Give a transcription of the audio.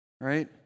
right